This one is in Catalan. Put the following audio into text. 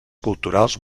culturals